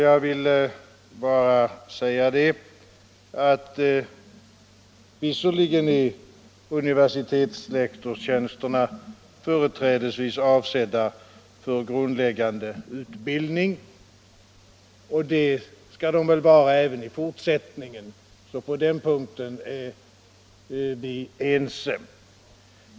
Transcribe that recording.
Jag vill bara säga att visserligen är universitetslektorstjänsterna företrädesvis avsedda för grundläggande utbildning, och det skall de väl vara även i fortsättningen, så på den punkten är vi ense.